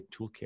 toolkit